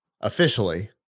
officially